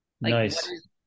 Nice